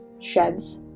sheds